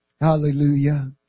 Hallelujah